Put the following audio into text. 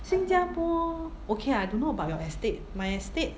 新加坡 okay lah I don't know about your estate my estate